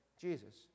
Jesus